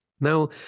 Now